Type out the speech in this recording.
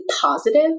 positive